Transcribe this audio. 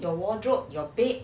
your wardrobe your bed